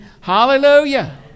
Hallelujah